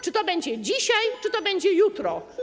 Czy to będzie dzisiaj, czy to będzie jutro?